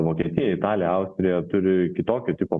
vokietija italija austrija turi kitokio tipo